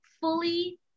fully